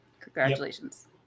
Congratulations